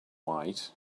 white